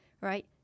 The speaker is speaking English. right